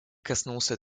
коснулся